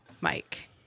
Mike